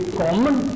common